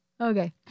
Okay